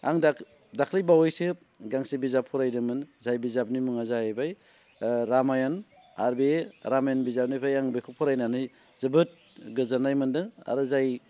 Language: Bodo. आं दाख्लै बावैसो गांसे बिजाब फरायदोंमोन जाय बिजाबनि मुङा जाहैबाय रामायन आरो बे रामायन बिजाबनिफ्राय आं बेखौ फरायनानै जोबोद गोजोननाय मोनदों आरो जाय